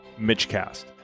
MitchCast